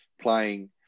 playing